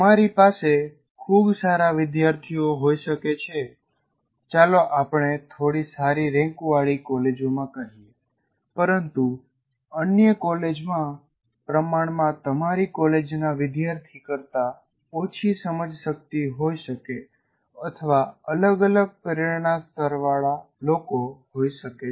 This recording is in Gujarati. તમારી પાસે ખૂબ સારા વિદ્યાર્થીઓ હોઈ શકે છે ચાલો આપણે થોડી સારી રેન્કવાળી કોલેજોમાં કહીએ પરંતુ અન્ય કોલેજમાં પ્રમાણમાં તમારી કોલેજ ના વિદ્યાર્થી કરતા ઓછી સમજશક્તિ હોઈ શકે અથવા અલગ અલગ પ્રેરણા સ્તરવાળા લોકો હોઈ શકે છે